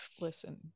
Listen